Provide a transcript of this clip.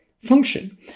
function